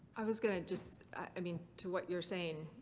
i was going to just. i mean, to what you're saying,